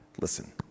Listen